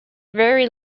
very